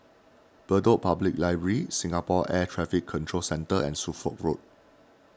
Bedok Public Library Singapore Air Traffic Control Centre and Suffolk Road